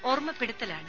ഓർമ്മപ്പെടുത്തലാണ്